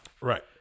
Right